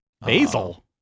Basil